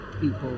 people